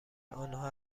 آنها